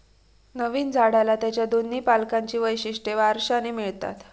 नवीन झाडाला त्याच्या दोन्ही पालकांची वैशिष्ट्ये वारशाने मिळतात